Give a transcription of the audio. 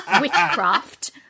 witchcraft